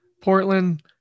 Portland